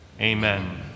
amen